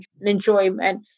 enjoyment